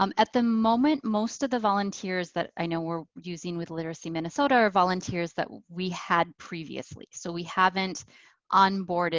um at the moment most of the volunteers that i know we're using with literacy minnesota are volunteers that we had previously. so we haven't onboarded